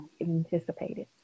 anticipated